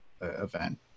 event